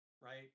Right